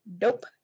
Nope